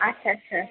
আচ্ছা আচ্ছা